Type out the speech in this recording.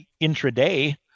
intraday